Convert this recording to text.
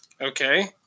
Okay